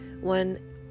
One